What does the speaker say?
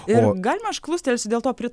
ir galima aš klustelsiu dėl to